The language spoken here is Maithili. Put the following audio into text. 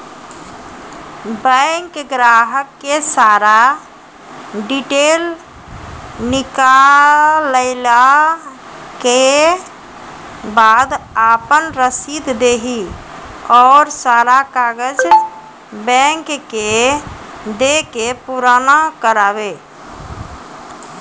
बैंक ग्राहक के सारा डीटेल निकालैला के बाद आपन रसीद देहि और सारा कागज बैंक के दे के पुराना करावे?